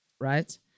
right